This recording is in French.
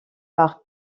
par